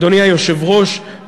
אדוני היושב-ראש,